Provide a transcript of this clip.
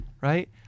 right